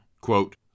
Quote